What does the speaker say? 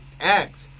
act